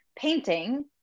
painting